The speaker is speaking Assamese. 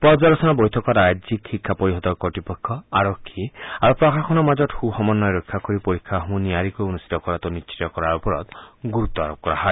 পৰ্যালোচনা বৈঠকত ৰাজ্যিক শিক্ষা পৰিষদৰ কৰ্তৃপক্ষ আৰক্ষী আৰু প্ৰশাসনৰ মাজত সুসমন্বয় ৰক্ষা কৰি পৰীক্ষাসমূহ নিয়াৰীকৈ অনুষ্ঠিত কৰাটো নিশ্চিত কৰাৰ ওপৰত গুৰুত্ব আৰোপ কৰা হয়